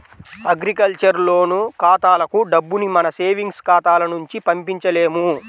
agriculture loan ఖాతాలకు డబ్బుని మన సేవింగ్స్ ఖాతాల నుంచి పంపించలేము